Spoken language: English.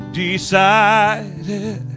decided